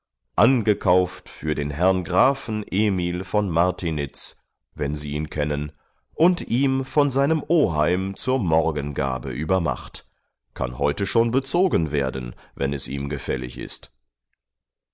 angekauft für den herrn grafen emil von martiniz wenn sie ihn kennen und ihm von seinem oheim zur morgengabe übermacht kann heute schon bezogen werden wenn es ihm gefällig ist